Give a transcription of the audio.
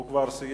הוא כבר סיים.